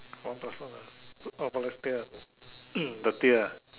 one plus one ah orh plus tier the tier ah